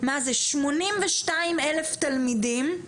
שמונים ושניים אלף תלמידים,